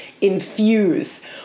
infuse